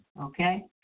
Okay